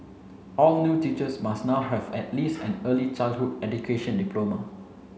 all new teachers must now have at least an early childhood education diploma